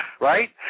right